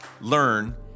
learn